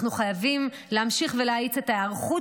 אנחנו חייבים להמשיך ולהאיץ את ההיערכות